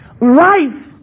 Life